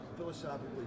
Philosophically